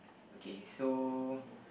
okay so